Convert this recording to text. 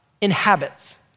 inhabits